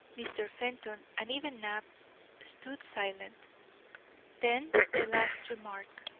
mr. fenton, and even knapp stood silent then the last remarked,